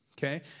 Okay